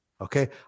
Okay